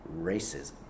racism